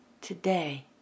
today